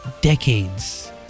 decades